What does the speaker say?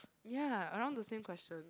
ya around the same question